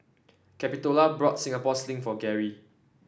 Capitola bought Singapore Sling for Gary